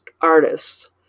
artists